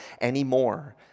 anymore